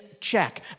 check